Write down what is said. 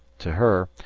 to her,